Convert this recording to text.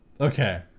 Okay